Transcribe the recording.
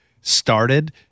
started –